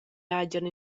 hagien